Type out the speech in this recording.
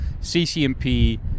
CCMP